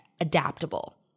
adaptable